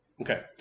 okay